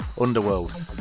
Underworld